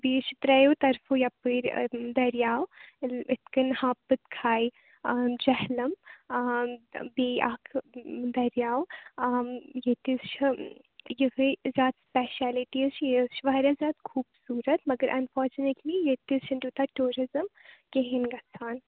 بیٚیہِ حظ چھُ ترٛیٚیو طَرفو یپٲرۍ دٔریاو یِتھٕ کٔنۍ ہاپتھ کھےَ آ جہلم آ بیٚیہِ اَکھ دٔریاو آ ییٚتہِ حظ چھُ یِہَے زیادٕ سِپیشیالِٹی حظ چھِ یہِ واریاہ زِیادٕ خوٗبصوٗرَت مَگر اَنفارچوٗنیٹلی ییٚتہِ حظ چھُنہٕ تیٛوٗتاہ ٹوٗرِزَم کِہیٖنٛۍ گَژھان